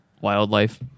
Wildlife